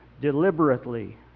deliberately